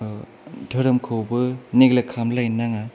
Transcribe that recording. धोरोमखौबो नेगलेक्ट खालामलायनो नाङा